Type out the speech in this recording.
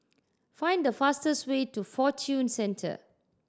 find the fastest way to Fortune Centre